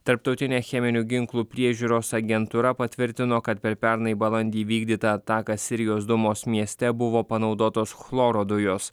tarptautinė cheminių ginklų priežiūros agentūra patvirtino kad per pernai balandį įvykdytą ataką sirijos domos mieste buvo panaudotos chloro dujos